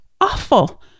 awful